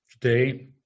today